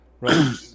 right